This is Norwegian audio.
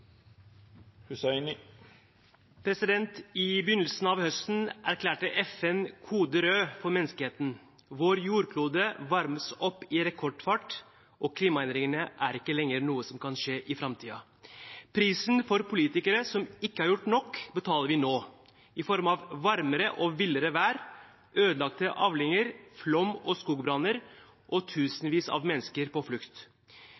I begynnelsen av høsten erklærte FN kode rød for menneskeheten – vår jordklode varmes opp i rekordfart, og klimaendringene er ikke lenger noe som kan skje i framtiden. Prisen for politikere som ikke har gjort nok, betaler vi nå i form av varmere og villere vær, ødelagte avlinger, flom og skogbranner og tusenvis av mennesker på flukt.